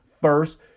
first